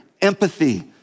empathy